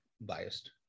biased